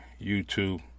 YouTube